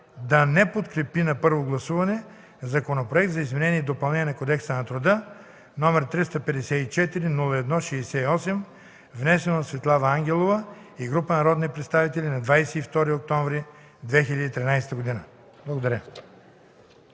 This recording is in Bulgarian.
да не подкрепи на първо гласуване Законопроект за изменение и допълнение на Кодекса на труда, № 354-01-68, внесен от Светлана Ангелова и група народни представители на 22 октомври 2013 г.” Благодаря.